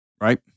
right